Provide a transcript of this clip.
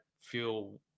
feel